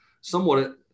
Somewhat